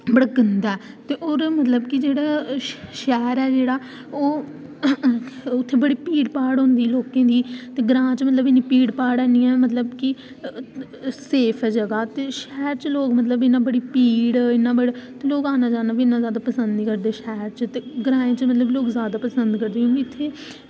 बड़ा गंदा ऐ ओह्दा मतलब कि जेह्ड़ा शैह्र ऐ जेह्ड़ा ओह् यरो उत्थें बड़ी भीड़ भाड़ होंदी लोकें दी ते ग्रांऽ च इंया मतलब की भीड़ भाड़ ऐनी मतलब की सेफ ऐ जगह ते शैह्र च मतलब इंया लोग भीड़ इंया मतलब लोग आना जाना बी इन्ना पसंद निं करदे शैह्र ते ग्रांऽ च जादै पसंद करदे ते